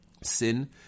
Sin